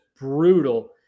brutal